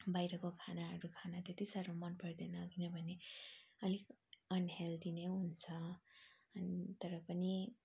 बाहिरको खानाहरू खान त्यति साह्रो मन पर्दैन किनभने अलिक अनहेल्दी नै हुन्छ अनि तर पनि